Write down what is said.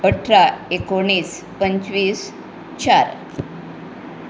अठरा एकुणीस पंचवीस चार